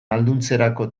ahalduntzerako